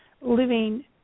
living